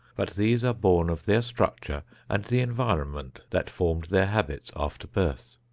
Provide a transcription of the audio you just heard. but these are born of their structure and the environment that formed their habits after birth.